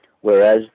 whereas